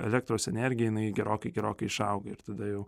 elektros energija jinai gerokai gerokai išauga ir tada jau